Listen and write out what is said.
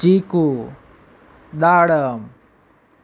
ચીકુ દાડમ